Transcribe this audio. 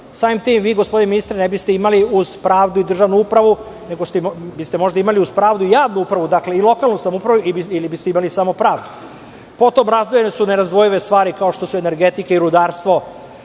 Samim tim, vi gospodine ministre ne biste imali uz pravdu i državnu upravu, nego biste možda imali uz pravdu javnu upravu i lokalnu samoupravu ili biste imali samo pravdu. Potom, razdvojene su nerazdvojive stvari, kao što su energetika i rudarstvo.